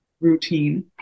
routine